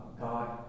God